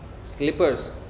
slippers